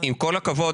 עם כל הכבוד,